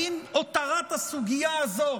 האם הותרת הסוגיה הזו